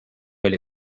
oli